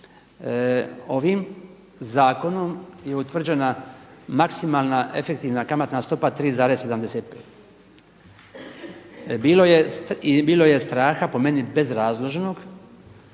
ovim zakonom je utvrđena maksimalna efektivna kamatna stopa 3,75. Bilo je, i bilo je straha po meni bezrazložnog